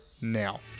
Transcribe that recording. now